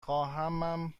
خواهمم